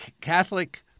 Catholic